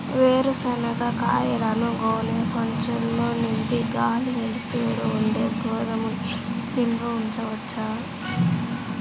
వేరుశనగ కాయలను గోనె సంచుల్లో నింపి గాలి, వెలుతురు ఉండే గోదాముల్లో నిల్వ ఉంచవచ్చా?